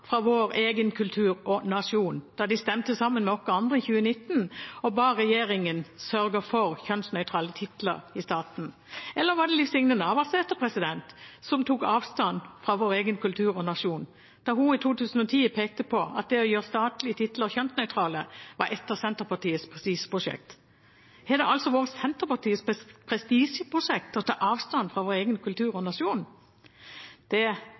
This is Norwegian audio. fra vår egen kultur og nasjon da de stemte sammen med oss andre om å be regjeringen sørge for kjønnsnøytrale titler i staten? Eller var det representanten Liv Signe Navarsete som tok avstand fra vår egen kultur og nasjon da hun i 2010 pekte på at det å gjøre statlige titler kjønnsnøytrale var et av Senterpartiets prestisjeprosjekter? Har det altså vært Senterpartiets prestisjeprosjekt å ta avstand fra vår egen kultur og nasjon? Jeg bare spør, og det